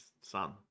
son